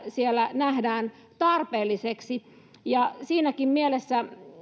siellä nähdään tarpeelliseksi ja siinäkin mielessä